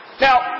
Now